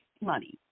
money